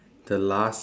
the last